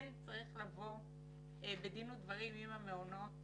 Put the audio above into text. כן צריך לבוא בדין ודברים עם המעונות